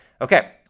Okay